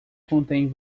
contém